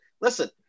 Listen